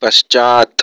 पश्चात्